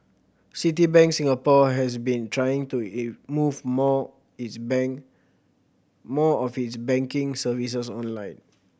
Citibank Singapore has been trying to move more its more of its banking services online